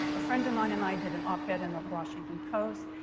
a friend of mine and i did an op-ed in the washington post,